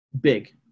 big